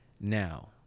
now